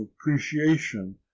appreciation